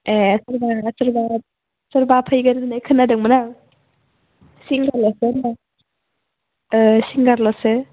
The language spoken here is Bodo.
एह सोरबा नङा सोरबा सोरबा फैगोन होन्नाय खोनादोंमोन आं सिंगारल'सो होमबा सिंगारल'सो